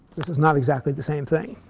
this is not exactly the same thing.